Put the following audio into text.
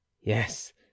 yes